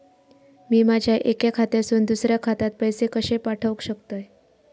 मी माझ्या एक्या खात्यासून दुसऱ्या खात्यात पैसे कशे पाठउक शकतय?